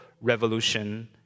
Revolution